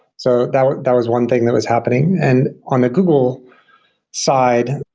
so that was that was one thing that was happening. and on the google side,